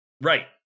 Right